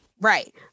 Right